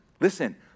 listen